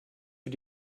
für